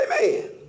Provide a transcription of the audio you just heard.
Amen